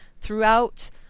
Throughout